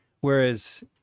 Whereas